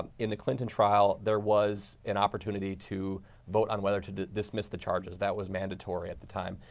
um in the clinton trial, there was an opportunity to vote on whether to dismiss the charges. that was mandatory at the time.